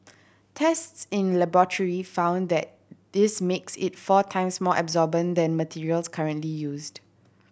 tests in the laboratory found that this makes it four times more absorbent than materials currently used